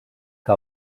que